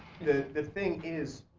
the the thing is